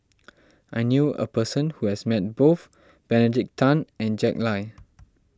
I knew a person who has Met both Benedict Tan and Jack Lai